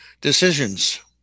decisions